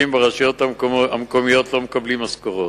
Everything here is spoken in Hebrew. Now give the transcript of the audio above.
ברשויות המקומיות לא מקבלים משכורות.